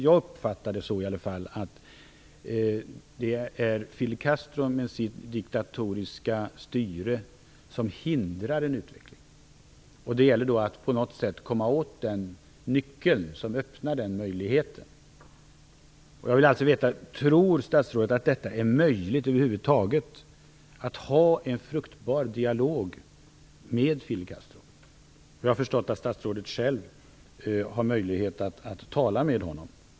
Jag uppfattar det i alla fall så, att det är Fidel Castro med sitt diktatoriska styre som hindrar en utveckling. Det gäller då att på något sätt komma åt den nyckel som öppnar möjligheten. Jag vill alltså veta: Tror statsrådet att det över huvud taget är möjligt att ha en fruktbar dialog med Fidel Castro? Jag har förstått att statsrådet själv har möjlighet att tala med honom.